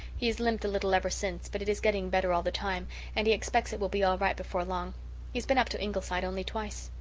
he has limped a little ever since but it is getting better all the time and he expects it will be all right before long. he has been up to ingleside only twice.